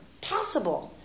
possible